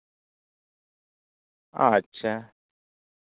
ᱟᱪᱪᱷᱟ